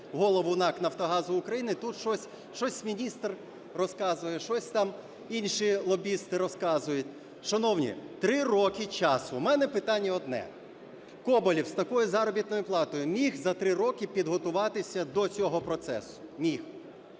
голову НАК "Нафтогазу" України, тут щось міністр розказує, щось там інші лобісти розказують. Шановні, 3 роки часу, в мене питання одне: Коболєв з такою заробітною платою міг за 3 роки підготуватися до цього процесу? Міг.